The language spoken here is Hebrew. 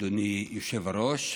אדוני היושב-ראש,